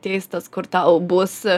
teistas kur tau bus